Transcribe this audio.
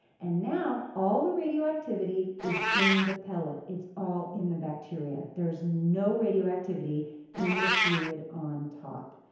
and now all the radioactivity is in the pellet. it's all in the bacteria. there's no radioactivity in the fluid on top.